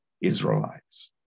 Israelites